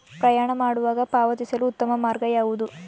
ಪ್ರಯಾಣ ಮಾಡುವಾಗ ಪಾವತಿಸಲು ಉತ್ತಮ ಮಾರ್ಗ ಯಾವುದು?